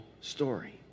story